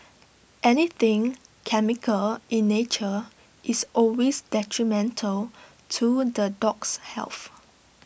anything chemical in nature is always detrimental to the dog's health